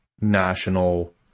national